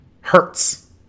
hurts